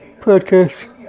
podcast